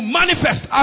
manifest